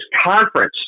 conference